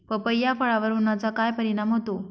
पपई या फळावर उन्हाचा काय परिणाम होतो?